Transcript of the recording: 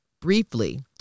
briefly